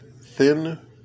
thin